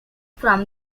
from